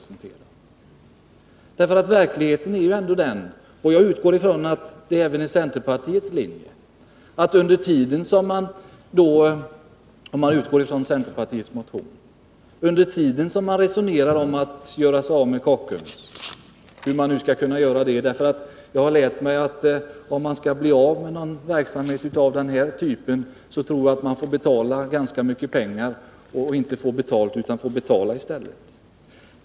Centerpartiet vill att vi skall göra oss av med Kockums varv — hur nu det skall gå till; jag har lärt mig att om man vill bli av med en verksamhet av den här typen får man inte betalt, utan får betala i stället.